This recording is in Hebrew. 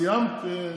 סיימת?